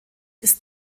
ist